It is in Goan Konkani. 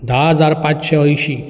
धा हजार पांचशे अंयशीं